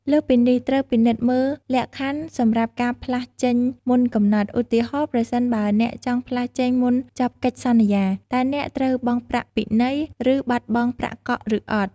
លើសពីនេះ ត្រូវពិនិត្យមើលលក្ខខណ្ឌសម្រាប់ការផ្លាស់ចេញមុនកំណត់ ឧទាហរណ៍ប្រសិនបើអ្នកចង់ផ្លាស់ចេញមុនចប់កិច្ចសន្យា តើអ្នកត្រូវបង់ប្រាក់ពិន័យ ឬបាត់បង់ប្រាក់កក់ឬអត់?